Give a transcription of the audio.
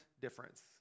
difference